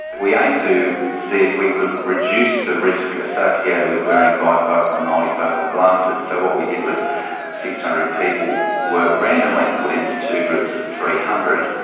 we aimed to see if we could reduce the risk associated with wearing bifocal and multifocal glasses. so what we did was six hundred people were randomly put into two groups of three hundred.